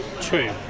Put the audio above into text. true